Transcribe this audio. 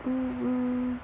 oh